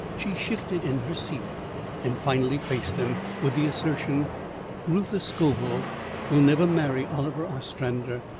she shifted in her seat and finally faced them, with the assertion reuther scoville will never marry oliver ostrander.